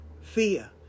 Fear